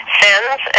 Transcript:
sends